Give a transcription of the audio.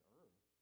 earth